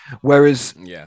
Whereas